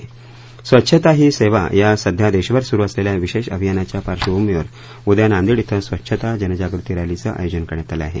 स्वच्छता ही सेवा या सध्या देशभर सुरू असलेल्या विशेष अभियानाच्या पार्शभूमीवर उद्या नांदेड इथं स्वच्छता जनजागृती रॅलीचं आयोजन करण्यात आलं आहे